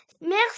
Merci